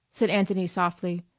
said anthony softly,